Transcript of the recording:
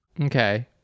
Okay